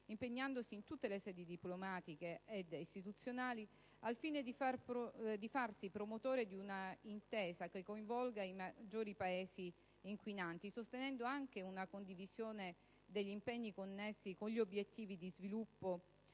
impegnandosi in tutte le sedi diplomatiche ed istituzionali al fine di farsi promotore di una intesa che coinvolga i maggiori Paesi inquinanti, sostenendo anche una condivisione degli impegni connessi con gli obiettivi di sviluppo